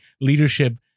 leadership